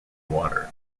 water